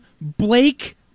Blake